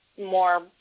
more